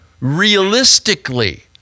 realistically